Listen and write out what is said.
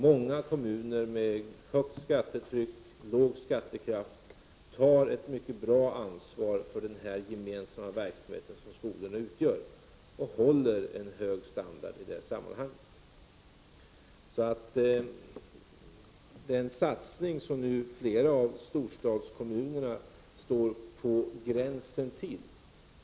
Många kommuner med högt skattetryck och låg skattekraft tar ett mycket bra ansvar för den gemensamma verksamhet som skolorna utgör och håller en god standard i detta sammanhang.